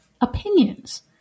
opinions